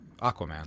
Aquaman